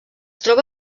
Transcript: troba